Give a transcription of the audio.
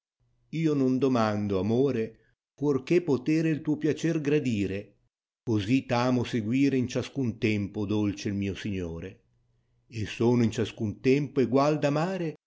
o non domaddo amore fuorché potere il tuo piacer gradire cosi t amo seguire lo ciascun tempo dolce il mio signore sono in ciascun tempo egual d amare